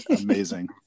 amazing